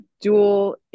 dual